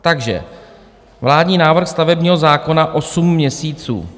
Takže vládní návrh stavebního zákona 8 měsíců.